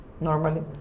normally